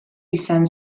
izan